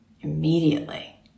Immediately